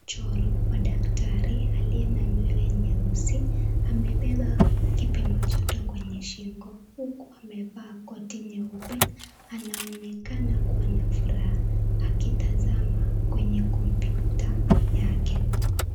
Mchoro wa daktari aliye na nywele nyeusi, amebeba kipimajoto kwenye shingo huku amevaa koti nyeupe, anaonekana kuwa na furaha akitazama kwenye kompyuta yake.